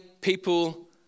people